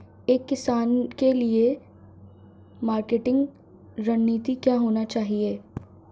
एक किसान के लिए मार्केटिंग रणनीति क्या होनी चाहिए?